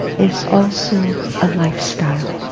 is also a lifestyle.